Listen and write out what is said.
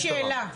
יש לי שאלה.